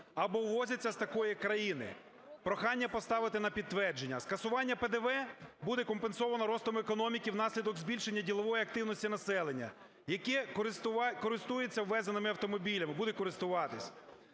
або ввозяться з такої країни. Прохання поставити на підтвердження. Скасування ПДВ буде компенсовано ростом економіки внаслідок збільшення ділової активності населення, яке користується ввезеними автомобілями, буде користуватися.